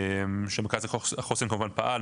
שמרכז החוסן כמובן פעל,